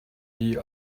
wie